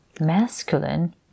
Masculine